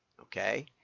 okay